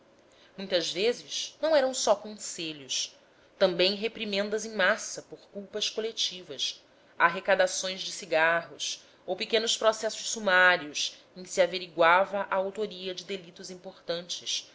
muitas vezes não eram só conselhos também reprimendas em massa por culpas coletivas arrecadações de cigarros ou pequenos processos sumários em que se averiguava a autoria de delitos importantes